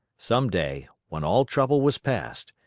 some day, when all trouble was past,